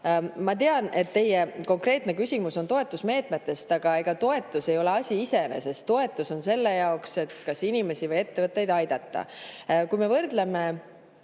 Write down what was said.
aru], et teie konkreetne küsimus on toetusmeetmete kohta, aga ega toetus ei ole asi iseeneses. Toetus on selle jaoks, et kas inimesi või ettevõtteid aidata. Kui me võrdleme